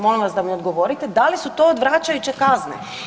Molim vas da mi odgovorite da li su to odvračajuće kazne?